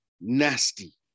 Nasty